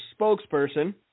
spokesperson